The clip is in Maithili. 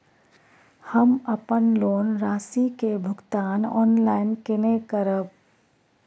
हम अपन लोन राशि के भुगतान ऑनलाइन केने करब?